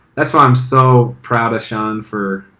that's why i'm so proud of shawn for,